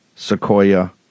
Sequoia